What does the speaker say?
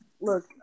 Look